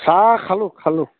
চাহ খালোঁ খালোঁ